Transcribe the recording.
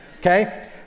Okay